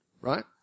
right